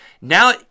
Now